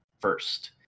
First